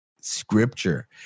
scripture